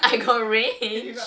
ya I thought so too